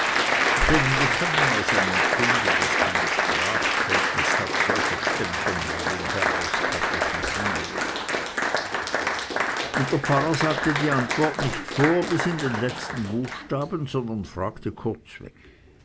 denn wie kann man aus einem kinde das keine sprachkenntnis hat solche stempeneien herauskatechisieren und der pfarrer sagte die antwort nicht vor bis an den letzten buchstaben sondern fragte kurzweg